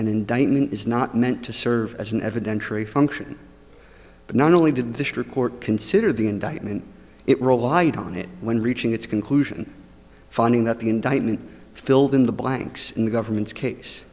an indictment is not meant to serve as an evidentiary function but not only did the district court consider the indictment it relied on it when reaching its conclusion finding that the indictment filled in the blanks in the government's case